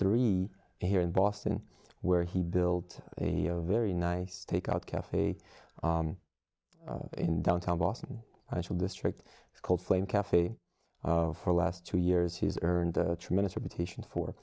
three here in boston where he built a very nice takeout cafe in downtown boston actual district called flame cafe for last two years he's earned a tremendous reputation for